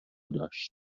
داشت